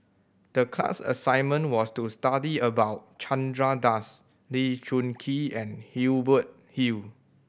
the class assignment was to study about Chandra Das Lee Choon Kee and Hubert Hill